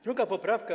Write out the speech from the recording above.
Druga poprawka.